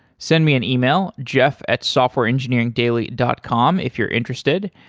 send me an email, jeff at softwareengineeringdaily dot com if you're interested.